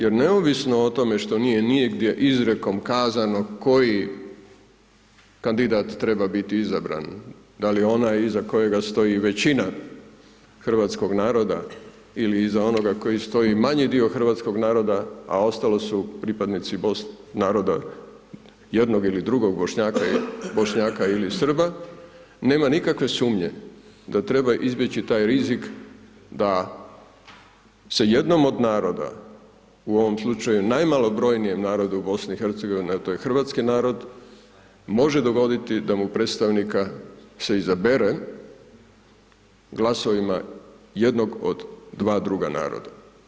Jer neovisno o tome, što nije nigdje izrijekom kazano koji kandidat treba biti izabran, da li onaj iza kojega stoji većina hrvatskog naroda ili iza onog kojeg stoji manji dio hrvatskog naroda, a ostalo su pripadnici naroda jednog ili drugog, Bošnjaka ili Srba, nema nikakve sumnje da treba izbjeći taj rizik da se jednom od naroda, u ovom slučaju najmalobrojnijem narodu u BIH, a to je hrvatski narod, bože dogoditi da mu predstavnika se izabere glasovima jednog od dva druga naroda.